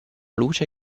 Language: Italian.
luce